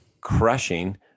crushing